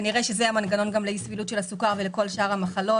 כנראה שזה המנגנון גם לאי-סבילות של הסוכר ולכל שאר המחלות.